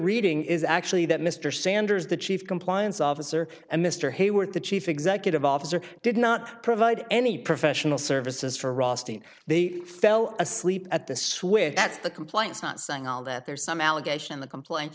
reading is actually that mr sanders the chief compliance officer and mr hayward the chief executive officer did not provide any professional services for austine they fell asleep at the switch that's the compliance not saying all that there's some allegation in the complaint